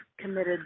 committed